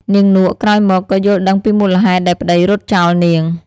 នាងនក់ ក្រោយមកក៏យល់ដឹងពីមូលហេតុដែលប្តីរត់ចោលនាង ។